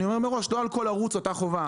אבל אני אומר מראש לא על כל ערוץ אותה חובה.